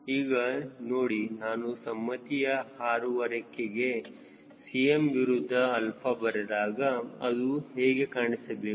ಈಗ ನೋಡಿ ನಾನು ಸಮ್ಮತಿಯ ಹಾರುವ ರೆಕ್ಕೆಗೆ Cm ವಿರುದ್ಧ 𝛼 ಬರೆದಾಗ ಅದು ಹೇಗೆ ಕಾಣಿಸಬೇಕು